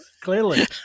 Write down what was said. Clearly